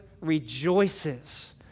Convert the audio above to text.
rejoices